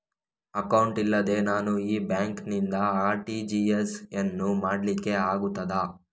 Account ಇಲ್ಲದೆ ನಾನು ಈ ಬ್ಯಾಂಕ್ ನಿಂದ ಆರ್.ಟಿ.ಜಿ.ಎಸ್ ಯನ್ನು ಮಾಡ್ಲಿಕೆ ಆಗುತ್ತದ?